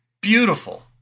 Beautiful